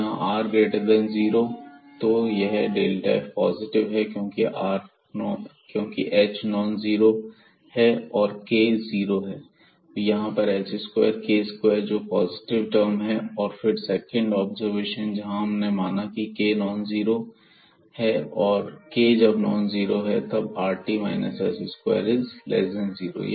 तो यहां r0 तो यह f पॉजिटिव है क्योंकि h नॉन जीरो है और k जीरो है तो यहां पर h2k2 टर्म है जोकि पॉजिटिव है और फिर सेकंड ऑब्जर्वेशन जहां पर हम मानेंगे की k नॉन जीरो है और k जब नॉन जीरो है तब यह rt s20